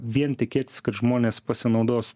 vien tikėtis kad žmonės pasinaudos